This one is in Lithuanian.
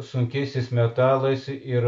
sunkiaisiais metalais ir